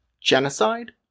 genocide